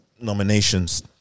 nominations